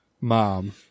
Mom